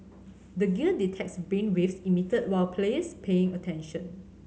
the gear detects brainwaves emitted while player is paying attention